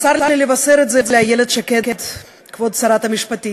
צר לי לבשר את זה לאיילת שקד, כבוד שרת המשפטים,